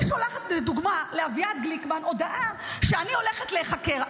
היא שולחת לדוגמה לאביעד גליקמן הודעה שאני הולכת להיחקר.